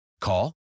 Call